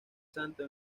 santo